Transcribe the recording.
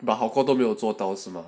but 好过都没么都没有做到是 mah